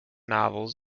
novels